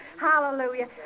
Hallelujah